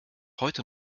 heute